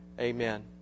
Amen